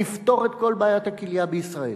נפתור את כל בעיית הכליה בישראל.